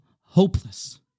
hopeless